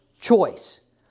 choice